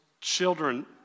children